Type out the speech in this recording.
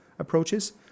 approaches